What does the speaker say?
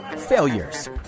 failures